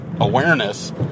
awareness